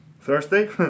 Thursday